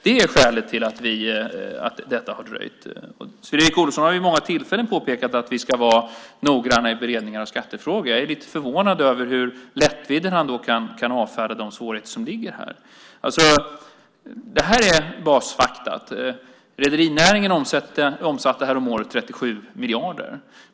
Det är skälet till att detta har dröjt. Fredrik Olovsson har vid många tillfällen påpekat att vi ska vara noggranna i beredningar av skattefrågor. Jag är lite förvånad över hur lättvindigt han då kan avfärda de svårigheter som finns här. Detta är basfakta: Rederinäringen omsatte häromåret 37 miljarder.